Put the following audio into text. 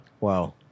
Wow